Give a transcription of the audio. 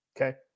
okay